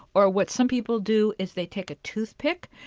or, what some people do is they take a toothpick,